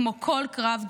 כמו כל קרב,